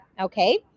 Okay